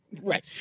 Right